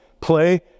play